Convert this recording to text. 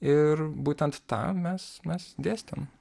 ir būtent tą mes mes dėstėm